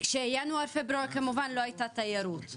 כשינואר-פברואר כמובן לא הייתה תיירות,